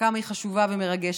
כמה היא חשובה ומרגשת.